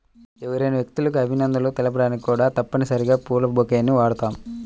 ఎవరైనా వ్యక్తులకు అభినందనలు తెలపడానికి కూడా తప్పనిసరిగా పూల బొకేని వాడుతాం